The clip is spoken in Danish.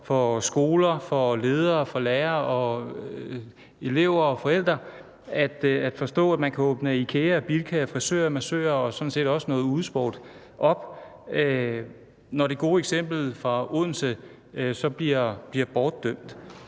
for skoler, for ledere, for lærere og elever og forældre at forstå, at man kan åbne IKEA og Bilka og frisører og massører og sådan set også noget udesport op, når det gode eksempel fra Odense så bliver bortdømt.